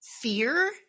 fear